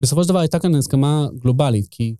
בסופו של דבר הייתה כאן הסכמה גלובלית כאילו.